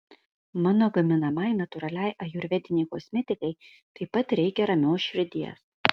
mano gaminamai natūraliai ajurvedinei kosmetikai taip pat reikia ramios širdies